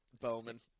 Bowman